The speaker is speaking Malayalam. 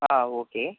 ആ ഓക്കേ